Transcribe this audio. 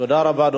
תודה רבה.